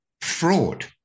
fraud